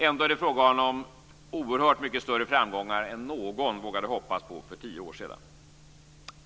Ändå är det fråga om oerhört mycket större framgångar än någon vågade hoppas på för tio år sedan.